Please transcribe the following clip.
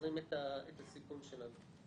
מפזרים את הסיכון שלנו.